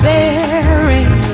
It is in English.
Bearing